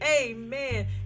amen